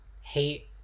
hate